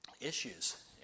issues